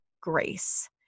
grace